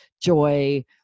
joy